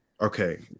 okay